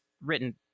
written